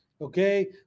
Okay